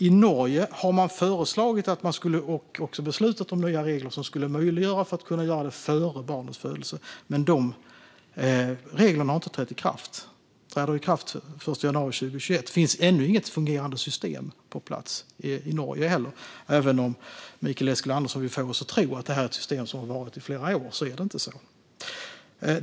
I Norge har det föreslagits och också beslutats om nya regler som ska möjliggöra att man kan göra det före barnets födelse, men dessa regler har inte trätt i kraft. De träder i kraft den 1 januari 2021, så det finns ännu inget fungerande system på plats i Norge. Även om Mikael Eskilandersson vill få oss att tro att det är ett system som har funnits i flera år så är det inte så.